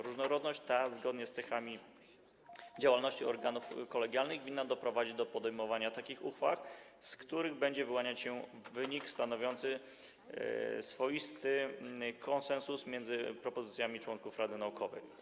Różnorodność ta, zgodnie z cechami działalności organów kolegialnych, winna doprowadzić do podejmowania takich uchwał, z których będzie wyłaniać się wynik stanowiący swoisty konsensus między propozycjami członków rady naukowej.